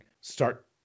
start